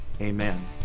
amen